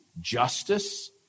justice